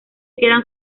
quedan